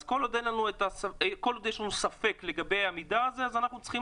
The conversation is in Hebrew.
אז כל עוד יש לנו ספק לגבי המידע הזה אנחנו צריכים